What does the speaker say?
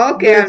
Okay